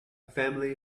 family